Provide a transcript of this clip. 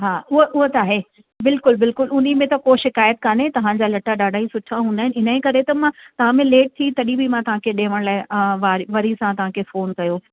हा हूअ हूअ त आहे बिल्कुलु विल्कुल उनमें त को शिकाइत कोन्हे तव्हां जा लटा ॾाढा ई सुठा हुंदा आहिनि इनजे करे त मां तव्हा में लेट थी तॾहिं बि मां तव्हांखे ॾेयण लाइ वा वरी सां तव्हांखे फ़ोन कयो